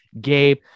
Gabe